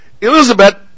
Elizabeth